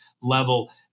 level